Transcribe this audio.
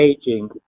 aging